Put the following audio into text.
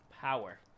Power